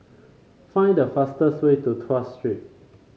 find the fastest way to Tuas Street